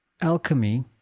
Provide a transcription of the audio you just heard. alchemy